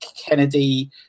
Kennedy